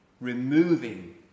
Removing